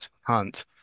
hunt